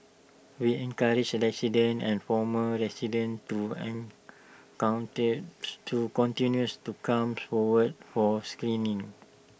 we encourage and former residents to to continues to comes forward for screening